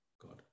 God